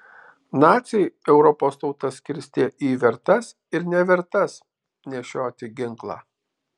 naciai europos tautas skirstė į vertas ir nevertas nešioti ginklą